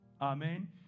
Amen